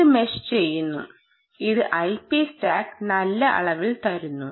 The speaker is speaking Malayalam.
ഇത് മെഷ് ചെയ്യുന്നു ഇത് ഐപി സ്റ്റാക്ക് നല്ല അളവിൽ തരുന്നു